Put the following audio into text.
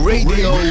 Radio